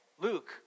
Luke